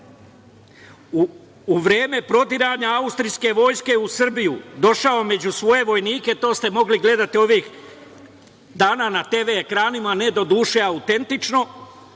u vreme prodiranja Austrijske vojske u Srbiju došao među svoje vojnike, to ste mogli gledati ovih dana na TV ekranima, ne doduše autentično,